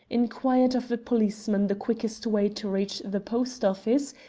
inquired of a policeman the quickest way to reach the post-office,